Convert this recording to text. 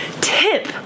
tip